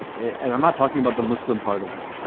and i'm not talking about the muslim part of it.